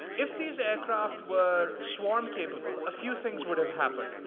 if these aircraft were swarm capable, a few things would have happened.